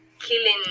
killing